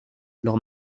leur